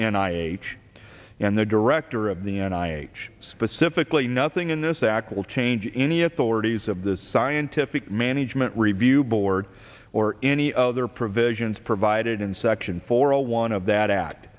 nd i h and the director of the and i h specifically nothing in this act will change any authorities of the scientific management review board or any other provisions provided in section four hundred one of that